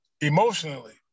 emotionally